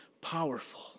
powerful